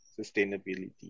sustainability